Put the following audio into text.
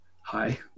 hi